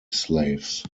slaves